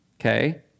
Okay